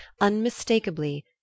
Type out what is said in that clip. unmistakably